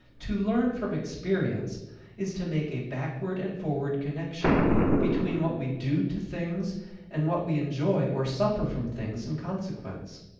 to learn from experience is to make a backward and forward connection between what we do to things and what we enjoy or suffer from things in consequence.